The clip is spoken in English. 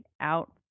out